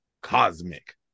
Cosmic